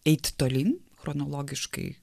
eiti tolyn chronologiškai